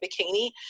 bikini